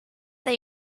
that